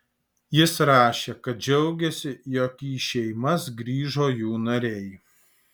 jis rašė kad džiaugiasi jog į šeimas grįžo jų nariai